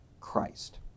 christ